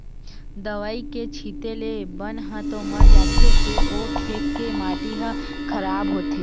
दवई के छिते ले बन ह तो मर जाथे फेर ओ खेत के माटी ह खराब होथे